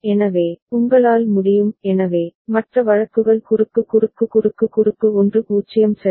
எனவே உங்களால் முடியும் எனவே மற்ற வழக்குகள் குறுக்கு குறுக்கு குறுக்கு குறுக்கு 1 0 சரி